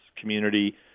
community